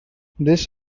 this